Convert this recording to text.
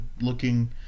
looking